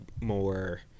more